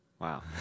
Wow